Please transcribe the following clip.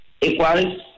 equals